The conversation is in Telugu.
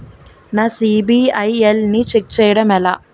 నా సిబిఐఎల్ ని ఛెక్ చేయడం ఎలా?